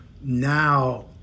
now